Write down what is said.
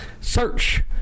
Search